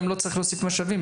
גם לא צריך להוסיף משאבים,